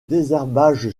désherbage